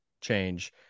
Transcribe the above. change